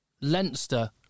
Leinster